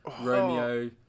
Romeo